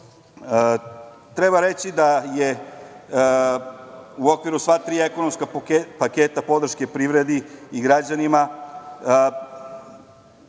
reći da je u okviru sva tri ekonomska paketa podrške privredi i građanima,